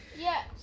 Yes